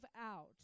out